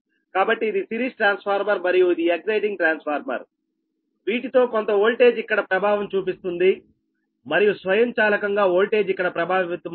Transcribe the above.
కాబట్టి ఇది series transformer మరియు ఇది ఎక్సయిటింగ్ ట్రాన్స్ఫార్మర్వీటితో కొంత వోల్టేజ్ ఇక్కడ ప్రభావం చూపిస్తుంది మరియు స్వయంచాలకంగా వోల్టేజ్ ఇక్కడ ప్రభావితమవుతుంది